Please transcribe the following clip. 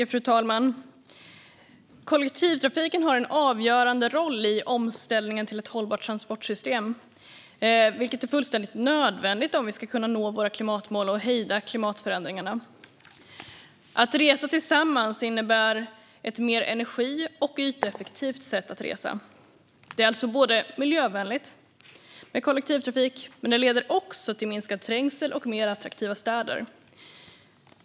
Fru talman! Kollektivtrafiken har en avgörande roll i omställningen till ett hållbart transportsystem, vilket är fullständigt nödvändigt om vi ska kunna nå våra klimatmål och hejda klimatförändringarna. Att resa tillsammans innebär ett mer energi och yteffektivt sätt att resa. Det är alltså både miljövänligt med kollektivtrafik och leder till minskad trängsel och mer attraktiva städer.